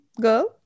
girl